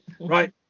Right